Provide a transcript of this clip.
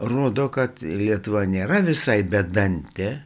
rodo kad lietuva nėra visai bedantė